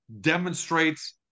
demonstrates